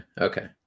Okay